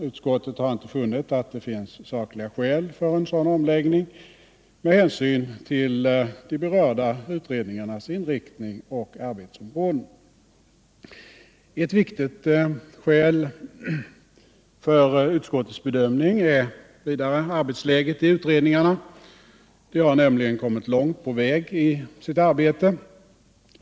Utskottet har inte funnit att det finns sakliga skäl för en sådan omläggning, med hänsyn till de berörda utredningarnas inriktning och arbetsområden. Ett viktigt skäl för utskottets bedömning är vidare arbetsläget i utredningarna. De har nämligen kommit långt på väg i sitt arbete.